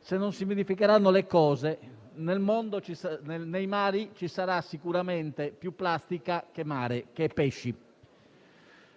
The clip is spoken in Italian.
se non si modificheranno le cose, nei mari ci sarà sicuramente più plastica che pesci: